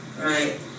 right